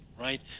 right